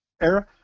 era